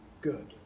good